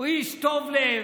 הוא איש טוב לב,